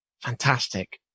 Fantastic